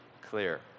clear